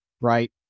right